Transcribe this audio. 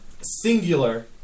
singular